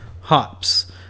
hops